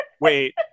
wait